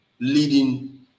leading